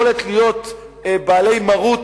יכולת להיות בעלי מרות